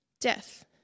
death